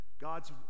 God's